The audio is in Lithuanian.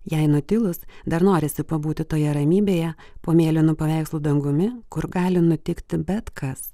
jai nutilus dar norisi pabūti toje ramybėje po mėlynu paveikslų dangumi kur gali nutikti bet kas